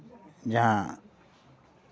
ᱡᱟᱦᱟᱸ